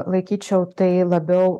laikyčiau tai labiau